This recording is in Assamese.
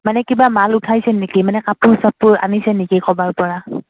মানে কিবা মাল উঠাইছে নেকি মানে কাপোৰ চাপোৰ আনিছে নেকি কৰ'বাৰ পৰা